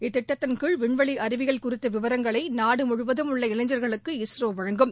இத்திட்டத்தின் கீழ் விண்வெளி அறிவியல் குறித்த விவரங்களை நாடு முழுவதும் உள்ள இளைஞர்களுக்கு இஸ்ரோ வழங்கும்